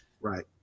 Right